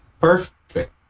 perfect